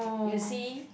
you see